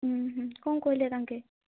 ଉଁ ହୁଁ କ'ଣ କହିଲେ ତାଙ୍କେ